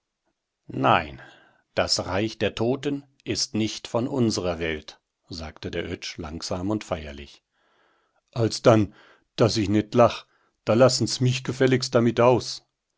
nein das reich der toten ist nicht von unserer welt sagte der oetsch langsam und feierlich alsdann daß ich net lach da lassen's mich gefälligst damit aus